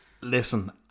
listen